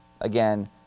again